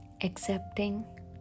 Accepting